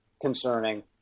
concerning